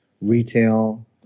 retail